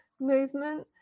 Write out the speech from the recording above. movement